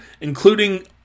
including